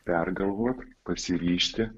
pergalvot pasiryžti